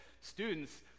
students